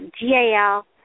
GAL